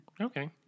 okay